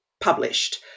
published